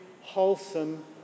wholesome